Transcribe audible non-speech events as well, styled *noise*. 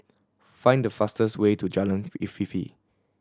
find the fastest way to Jalan *unintelligible* Afifi